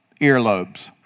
earlobes